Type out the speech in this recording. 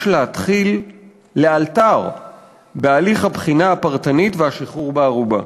"יש להתחיל לאלתר בהליך הבחינה הפרטנית והשחרור בערובה.